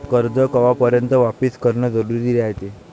कर्ज कवापर्यंत वापिस करन जरुरी रायते?